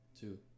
two